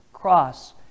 Cross